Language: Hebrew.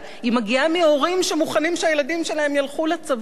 היא מגיעה מהורים שמוכנים שהילדים שלהם ילכו לצבא.